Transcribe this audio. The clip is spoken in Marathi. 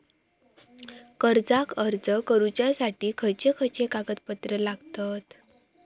कर्जाक अर्ज करुच्यासाठी खयचे खयचे कागदपत्र लागतत